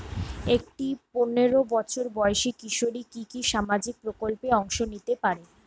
একটি পোনেরো বছর বয়সি কিশোরী কি কি সামাজিক প্রকল্পে অংশ নিতে পারে?